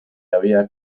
había